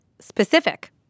Specific